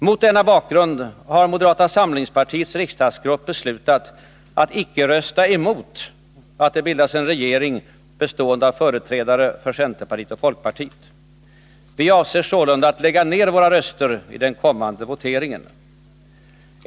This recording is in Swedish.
Mot denna bakgrund har moderata samlingspartiets riksdagsgrupp beslutat att icke rösta emot att det bildas en regering bestående av företrädare för centerpartiet och folkpartiet. Vi avser sålunda att lägga ner våra röster i den kommande voteringen.